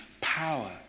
Power